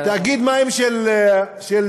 תאגיד המים של דימונה,